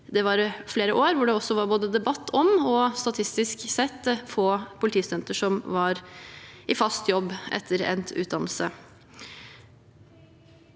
det var flere år hvor det var både debatt om dette og statistisk sett få politistudenter som var i fast jobb etter endt utdannelse.